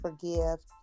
forgive